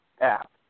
app